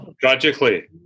Tragically